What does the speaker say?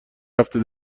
هفته